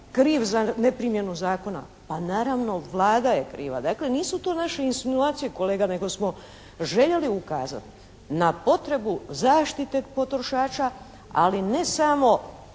kriv za neprimjenu zakona? Pa naravno Vlada je kriva. Dakle, nisu to naše insinuacije kolega nego smo željeli ukazati na potrebu zaštite potrošača, ali ne samo